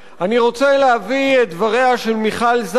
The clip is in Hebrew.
אני רוצה להביא את דבריה של מיכל זק,